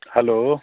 hello